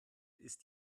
ist